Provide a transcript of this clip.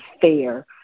fair